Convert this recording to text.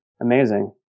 Amazing